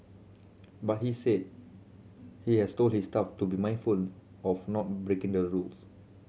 but he said he has told his staff to be mindful of not breaking the rules